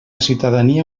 ciutadania